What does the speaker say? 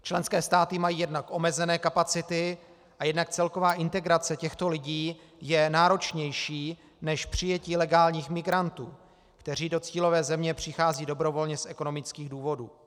Členské státy mají jednak omezené kapacity a jednak celková integrace těchto lidí je náročnější než přijetí legálních migrantů, kteří do cílové země přicházejí dobrovolně z ekonomických důvodů.